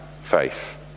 faith